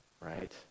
right